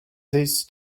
these